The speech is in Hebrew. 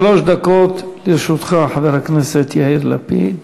שלוש דקות לרשותך, חבר הכנסת יאיר לפיד.